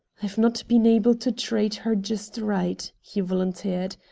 i've not been able to treat her just right, he volunteered.